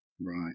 Right